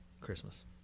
Christmas